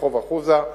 ברחוב אחוזה,